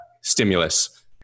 stimulus